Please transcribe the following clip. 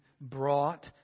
brought